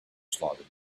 slaughter